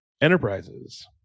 Enterprises